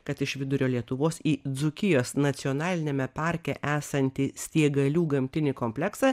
kad iš vidurio lietuvos į dzūkijos nacionaliniame parke esantį stiegalių gamtinį kompleksą